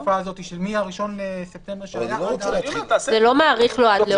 בתקופה הזאת מה-1 בספטמבר --- זה לא מאריך לו עד לאוגוסט.